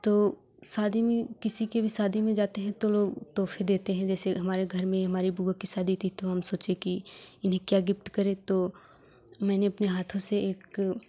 तो शादी में किसी के भी शादी में जाते हैं तो लोग तौहफे देते हैं जैसे हमारे घर में हमारी बुआ की शादी थी तो हम सोचे की इन्हें क्या गिफ्ट करें तो मैंने अपने हाथों से एक